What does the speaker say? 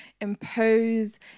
impose